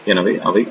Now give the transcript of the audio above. எனவே அவை ஐ